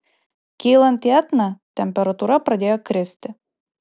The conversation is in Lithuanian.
kylant į etną temperatūra pradėjo kristi